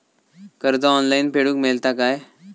कर्ज ऑनलाइन फेडूक मेलता काय?